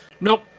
Nope